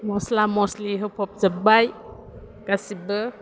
मस्ला मस्लि होफबजोबबाय गासिबो